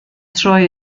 troi